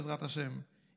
בעזרת השם,